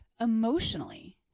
emotionally